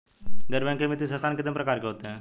गैर बैंकिंग वित्तीय संस्थान कितने प्रकार के होते हैं?